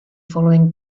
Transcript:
following